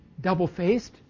double-faced